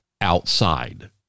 outside